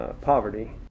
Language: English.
poverty